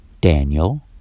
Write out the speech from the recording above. Daniel